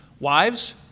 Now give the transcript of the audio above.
Wives